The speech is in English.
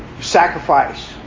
Sacrifice